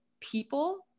people